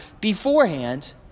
beforehand